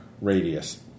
radius